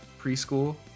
preschool